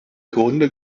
grunde